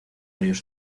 varios